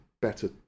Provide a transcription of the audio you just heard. better